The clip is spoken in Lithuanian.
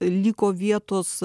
liko vietos